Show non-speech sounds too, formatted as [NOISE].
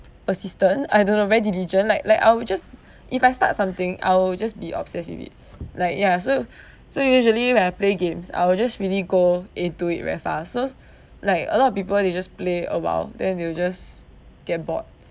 persistent I don't know very diligent like like I will just [BREATH] if I start something I will just be obsessed with it [BREATH] like ya so [BREATH] so usually when I play games I will just really go into it very far so s~ like a lot of people they just play a while then they will just get bored